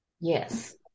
Yes